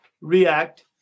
react